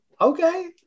Okay